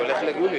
ההחלטה התקבלה.